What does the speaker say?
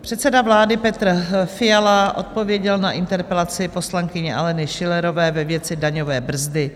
Předseda vlády Petr Fiala odpověděl na interpelaci poslankyně Aleny Schillerové ve věci daňové brzdy.